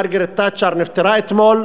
מרגרט תאצ'ר נפטרה אתמול,